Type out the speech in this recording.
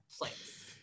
place